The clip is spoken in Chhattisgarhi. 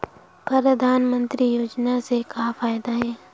परधानमंतरी योजना से का फ़ायदा हे?